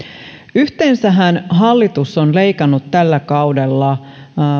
yhteensähän hallitus on leikannut tällä kaudella